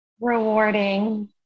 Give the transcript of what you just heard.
rewarding